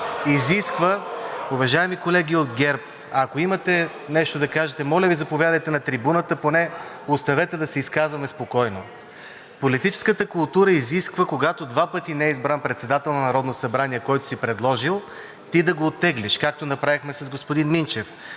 изисква... Уважаеми колеги от ГЕРБ, ако имате нещо да кажете, моля Ви, заповядайте на трибуната, поне оставете да се изказваме спокойно. Политическата култура изисква, когато два пъти не е избран председател на Народното събрание, който си предложил, ти да го оттеглиш, както направихме с господин Минчев,